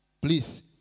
Please